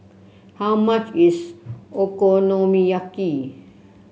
how much is Okonomiyaki